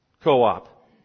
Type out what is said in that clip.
co-op